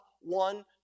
one